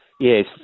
Yes